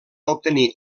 obtenir